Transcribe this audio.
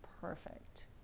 perfect